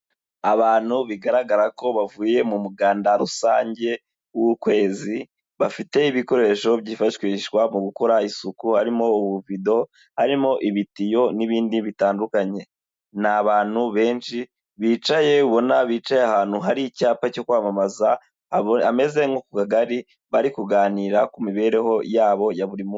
Abantu bigaragara ko bavuye mu muganda rusange w'ukwezi bafite ibikoresho byifashishwa mu gukora isuku harimo ububido, harimo ibitiyo n'ibindi bitandukanye. Ni abantu benshi bicaye ubona bicaye ahantu hari icyapa cyo kwamamaza hameze nko ku Kagari barikuganira ku mibereho yabo ya buri munsi.